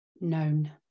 known